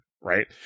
right